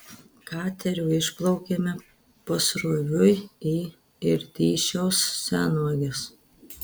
kateriu išplaukėme pasroviui į irtyšiaus senvages